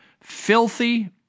filthy